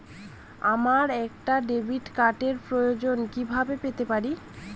আমার একটা ডেবিট কার্ডের প্রয়োজন কিভাবে পেতে পারি?